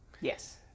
Yes